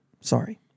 Sorry